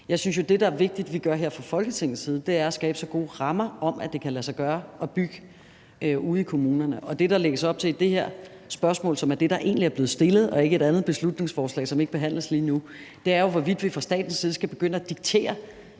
det, der er vigtigt at gøre fra Folketingets side, er at skabe så gode rammer for, at det kan lade sig gøre at bygge ude i kommunerne, som muligt. Og det, der lægges op til i det her spørgsmål, som er det, der egentlig er blevet stillet – vi behandler jo ikke noget beslutningsforslag lige nu – er, at vi fra statens side skal begynde at diktere